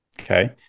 okay